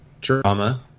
drama